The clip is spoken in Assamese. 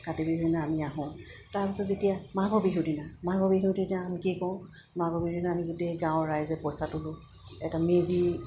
কাতি বিহুৰ দিনা আমি আহোঁ তাৰপিছত যেতিয়া মাঘৰ বিহুৰ দিনা মাঘ বিহুৰ তেতিয়া আমি কি কৰো মাঘৰ বিহুৰ দিনা আমি গোটেই গাঁৱৰ ৰাইজে পইচা তুলো এটা মেজি